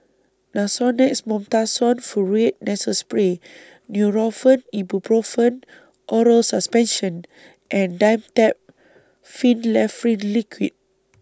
Nasonex Mometasone Furoate Nasal Spray Nurofen Ibuprofen Oral Suspension and Dimetapp Phenylephrine Liquid